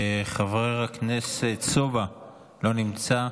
חבר הכנסת סובה, לא נמצא.